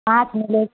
पाँच में लें